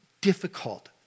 difficult